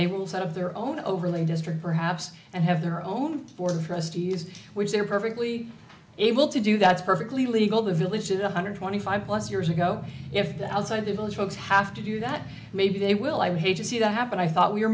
they will set of their own overly district perhaps and have their own form of prestes which they're perfectly able to do that's perfectly legal the village is one hundred twenty five plus years ago if the outside the village folks have to do that maybe they will i would hate to see that happen i thought we